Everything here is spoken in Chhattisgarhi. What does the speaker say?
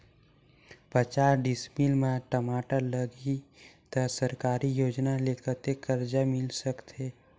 पचास डिसमिल मा टमाटर लगही त सरकारी योजना ले कतेक कर्जा मिल सकथे?